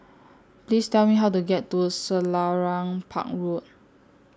Please Tell Me How to get to Selarang Park Road